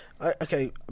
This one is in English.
okay